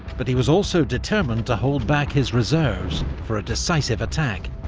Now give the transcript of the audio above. but he was also determined to hold back his reserves for a decisive attack.